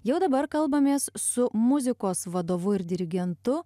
jau dabar kalbamės su muzikos vadovu ir dirigentu